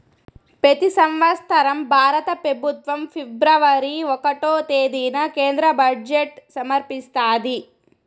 పెతి సంవత్సరం భారత పెబుత్వం ఫిబ్రవరి ఒకటో తేదీన కేంద్ర బడ్జెట్ సమర్పిస్తాది